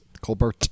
Colbert